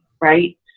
Right